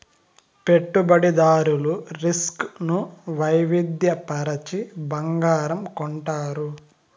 పెట్టుబడిదారులు రిస్క్ ను వైవిధ్య పరచి బంగారం కొంటారు